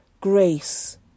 grace